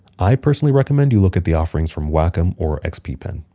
i personally recommend you look at the offerings from wacom or xp-pen.